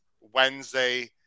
Wednesday